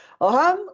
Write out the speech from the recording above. Oham